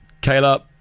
Caleb